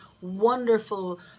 wonderful